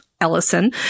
Ellison